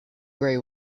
gray